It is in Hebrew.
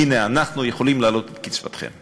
הנה, אנחנו יכולים להעלות את קצבתכם.